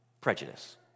Prejudice